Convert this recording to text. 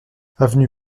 avenue